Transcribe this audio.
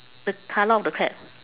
the colour of the crab